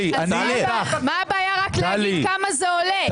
מה הבעיה רק להגיד כמה זה עולה?